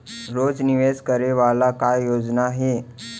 रोज निवेश करे वाला का योजना हे?